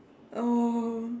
oh